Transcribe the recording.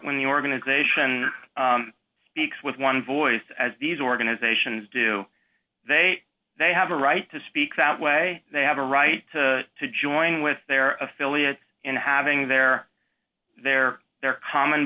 when the organization speaks with one voice as these organizations do they they have a right to speak that way they have a right to to join with their affiliate in having their their their common